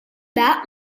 bas